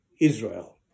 Israel